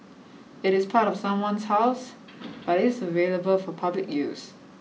it is part of someone's house but is available for public use